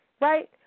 right